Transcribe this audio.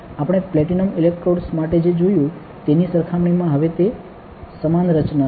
આપણે platinum electrodes માટે જે જોયું તેની સરખામણીમાં હવે તે એક સમાન રચના છે